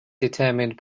determined